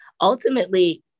Ultimately